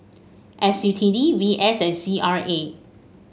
S U T D V S and C R A